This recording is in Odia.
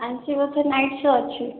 ଆଜି ବୋଧେ ନାଇଟ୍ ଶୋ ଅଛି